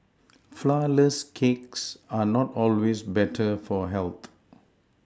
flourless cakes are not always better for health